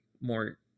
more